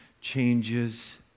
changes